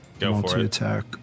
multi-attack